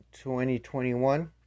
2021